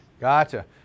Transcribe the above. Gotcha